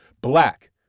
black